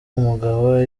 umugabo